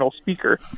speaker